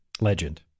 Legend